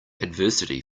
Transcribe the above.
adversity